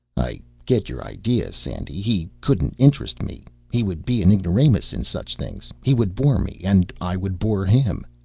i get your idea, sandy. he couldn't interest me. he would be an ignoramus in such things he would bore me, and i would bore him.